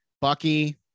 Bucky